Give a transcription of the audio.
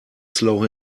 slow